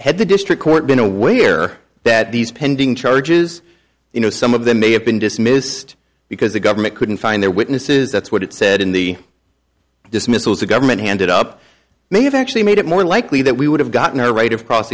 had the district court been aware that these pending charges you know some of them may have been dismissed because the government couldn't find their witnesses that's what it said in the dismissals the government handed up may have actually made it more likely that we would have gotten a right of cross